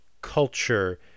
culture